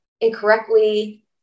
incorrectly